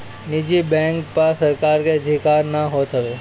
निजी बैंक पअ सरकार के अधिकार नाइ होत हवे